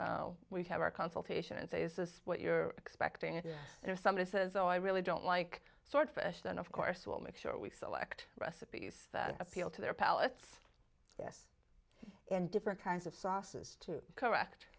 when we have our consultation and say is this what you're expecting somebody says oh i really don't like swordfish then of course we'll make sure we select recipes that appeal to their palates yes and different kinds of sauces to correct